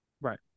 Right